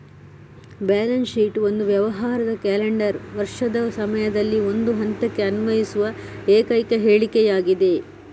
balance sheet ಒಂದು ವ್ಯವಹಾರದ calendar ವರ್ಷದ ಸಮಯದಲ್ಲಿ ಒಂದು ಹಂತಕ್ಕೆ ಅನ್ವಯಿಸುವ ಏಕೈಕ ಹೇಳಿಕೆಯಾಗಿದೆ